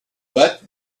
but